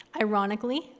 Ironically